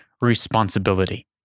responsibility